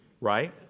Right